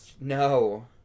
No